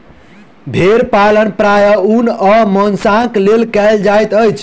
भेड़ पालन प्रायः ऊन आ मौंसक लेल कयल जाइत अछि